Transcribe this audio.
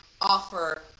offer